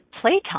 playtime